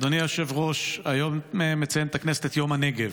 אדוני היושב-ראש, היום מציינת הכנסת את יום הנגב,